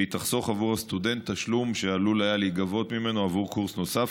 והיא תחסוך עבור הסטודנט תשלום שעלול היה להיגבות ממנו עבור קורס נוסף,